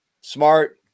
smart